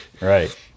Right